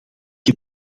heb